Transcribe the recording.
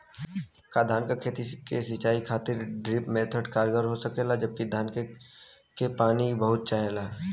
का धान क सिंचाई खातिर ड्रिप मेथड कारगर हो सकेला जबकि धान के पानी बहुत चाहेला?